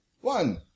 One